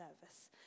service